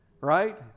Right